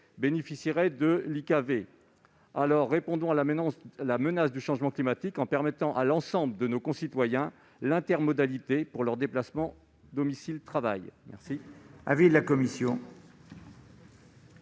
bénéficieraient de l'IKV. Répondons à la menace du changement climatique en permettant à l'ensemble de nos concitoyens de bénéficier de l'intermodalité pour leurs déplacements domicile-travail !